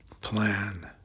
plan